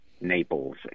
Naples